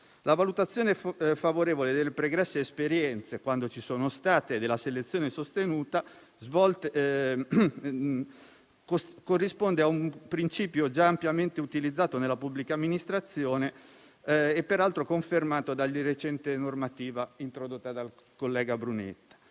La valutazione favorevole delle pregresse esperienze - quando ci sono state - nella selezione sostenuta corrisponde a un principio già ampiamente utilizzato nella pubblica amministrazione e peraltro confermato dalla recente normativa introdotta dal collega Brunetta.